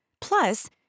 Plus